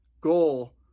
goal